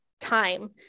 time